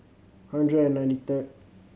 hundred and ninety third